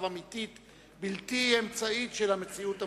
אמיתית בלתי אמצעית של המציאות המורכבת,